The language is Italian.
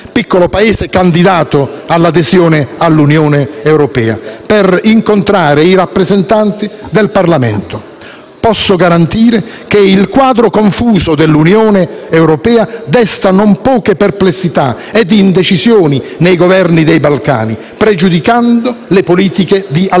piccolo Paese candidato all'adesione all'Unione europea, per incontrare i rappresentanti del Parlamento. Posso garantire che il quadro confuso dell'Unione europea desta non poche perplessità e indecisioni nei Governi dei Balcani, pregiudicando le politiche di allargamento.